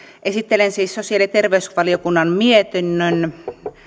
esittelen siis sosiaali ja terveysvaliokunnan mietinnön